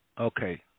Okay